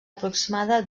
aproximada